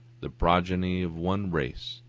the progeny of one race,